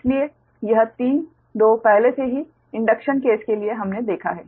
इसलिए यह 3 2 पहले से ही इंडक्शन केस के लिए हमने देखा है